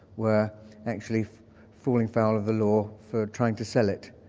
were actually falling foul of the law for trying to sell it.